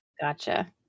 Gotcha